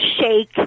shake –